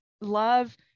love